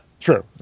true